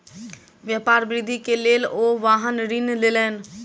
व्यापार वृद्धि के लेल ओ वाहन ऋण लेलैन